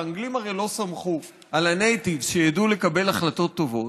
האנגלים הרי לא סמכו על ה-natives שידעו לקבל החלטות טובות,